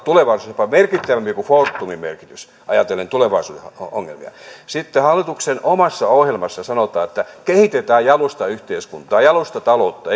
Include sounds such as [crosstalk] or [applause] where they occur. tulevaisuudessa jopa merkittävämpi kuin fortumin ajatellen tulevaisuuden ongelmia sitten hallituksen omassa ohjelmassa sanotaan että kehitetään jalustayhteiskuntaa jalustataloutta [unintelligible]